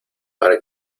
para